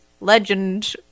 legend